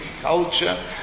culture